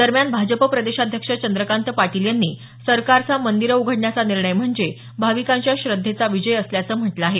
दरम्यान भाजप प्रदेशाध्यक्ष चंद्रकांत पाटील यांनी सरकारचा मंदीरं उघडण्याचा निर्णय म्हणजे भाविकांच्या श्रद्धेचा विजय असल्याचं म्हटलं आहे